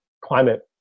climate